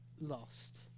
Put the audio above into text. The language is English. lost